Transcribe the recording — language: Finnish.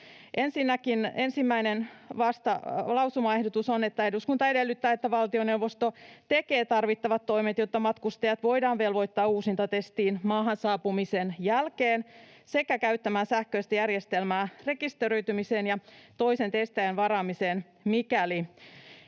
Ensimmäinen lausumaehdotus on: ”Eduskunta edellyttää, että valtioneuvosto tekee tarvittavat toimet, jotta matkustajat voidaan velvoittaa uusintatestiin maahan saapumisen jälkeen sekä käyttämään sähköistä järjestelmää rekisteröitymiseen ja toisen testiajan varaamiseen, mikäli